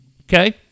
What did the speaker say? Okay